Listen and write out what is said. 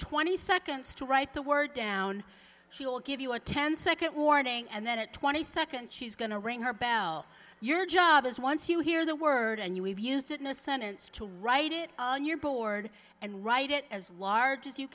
twenty seconds to write the word down she will give you a ten second warning and then a twenty second she's going to ring her bell your job is once you hear the word and you have used it in a sentence to write it on your board and write it as large as you